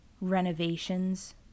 renovations